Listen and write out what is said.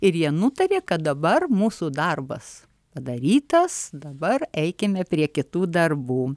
ir jie nutarė kad dabar mūsų darbas padarytas dabar eikime prie kitų darbų